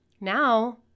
now